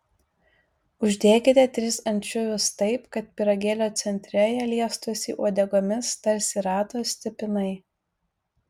uždėkite tris ančiuvius taip kad pyragėlio centre jie liestųsi uodegomis tarsi rato stipinai